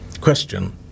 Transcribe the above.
question